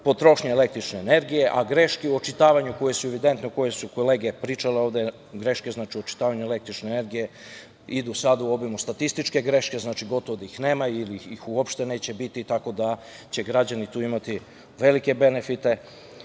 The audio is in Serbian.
potrošnje električne energije, a greške u očitavanju koje su evidentne u kojim su kolege pričale ovde, greške u očitavanju električne energije idu sada u obimu statističke greške, znači, gotovo da ih nema ili ih uopšte neće biti, tako da će građani tu imati velike benefite